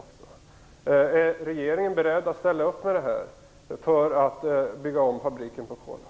Är regeringen beredd att ställa upp på det här för att bygga om fabriken på Kolahalvön?